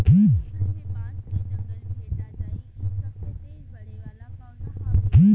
दुनिया भर में बांस के जंगल भेटा जाइ इ सबसे तेज बढ़े वाला पौधा हवे